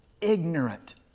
Ignorant